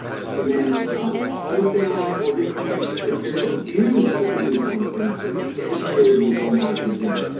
and then wholesaling or distribution of materials used or produced on the premises is a permitted use in the i two zone.